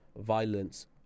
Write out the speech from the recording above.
violence